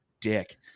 dick